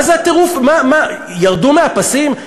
מה זה הטירוף מה, ירדו מהפסים?